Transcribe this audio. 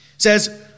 Says